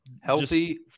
Healthy